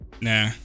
Nah